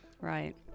Right